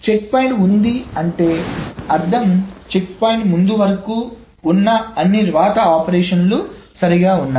check point ఉంది అంటే అర్థం చెక్ పాయింట్ ముందు వరకు ఉన్న అన్ని వ్రాత ఆపరేషన్లు సరిగ్గా ఉన్నాయి